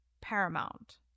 Paramount